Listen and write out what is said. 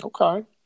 okay